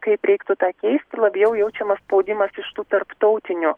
kaip reiktų tą keisti labiau jaučiamas spaudimas iš tų tarptautinių